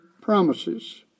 promises